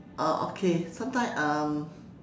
uh okay sometimes um